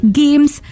games